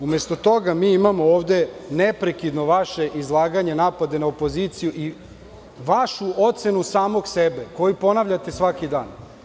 Umesto toga mi imamo ovde neprekidno vaše izlaganje, napade na opoziciju i vašu ocenu samog sebe, koju ponavljate svaki dan.